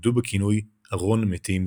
נודעו בכינוי "ארון מתים צף",